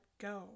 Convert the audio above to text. go